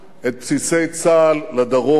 את בסיסי צה"ל לדרום,